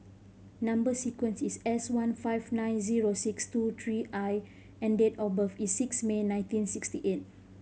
number sequence is S one five nine zero six two three I and date of birth is six May nineteen sixty eight